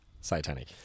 satanic